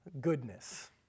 goodness